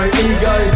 ego